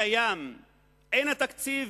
אין התקציב,